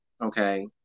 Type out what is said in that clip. okay